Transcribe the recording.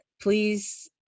please